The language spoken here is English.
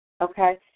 Okay